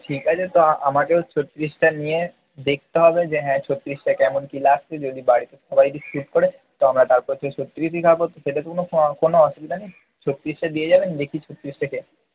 ঠিক আছে তো আমাকেও ছত্রিশটা নিয়ে দেখতে হবে যে হ্যাঁ ছত্রিশটা কেমন কি লাগছে যদি বাড়িতে সবাইয়ের স্যুট করে তো আমরা তারপর থেকে ছত্রিশই খাবো সেটা কোনো অসুবিধা নেই ছত্রিশটা দিয়ে যাবেন দেখি ছত্রিশটা খেয়ে